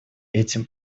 этим